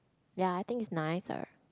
ya I think is nicer